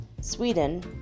Sweden